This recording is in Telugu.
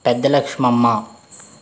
పెద్ద లక్ష్మమ్మ